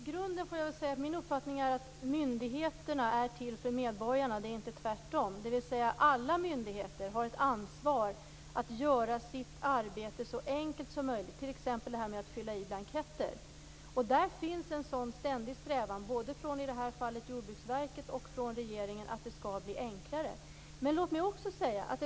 Fru talman! I grunden är min uppfattning att myndigheterna är till för medborgarna, inte tvärtom. Alla myndigheter har ett ansvar att göra medborgarnas arbete så enkelt som möjligt, t.ex. att fylla i blanketter. Det finns en ständig sådan strävan mot att det skall bli enklare, i det här fallet både hos Jordbruksverket och hos regeringen.